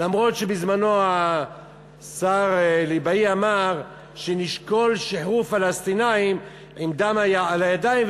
אף שבזמנו השר ליבאי אמר: נשקול שחרור פלסטינים עם דם על הידיים,